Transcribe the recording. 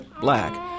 black